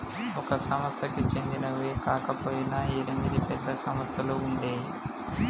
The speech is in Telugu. ఒక సంస్థకి చెందినవి కాకపొయినా ఎనిమిది పెద్ద సంస్థలుగా ఉండేయ్యి